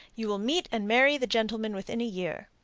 you will meet and marry the gentleman within a year.